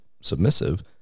submissive